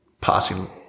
passing